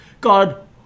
God